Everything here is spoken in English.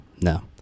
no